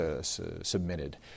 submitted